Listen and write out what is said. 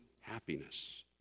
happiness